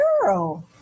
Girl